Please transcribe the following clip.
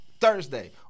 Thursday